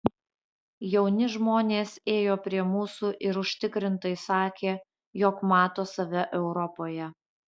jauni žmonės ėjo prie mūsų ir užtikrintai sakė jog mato save europoje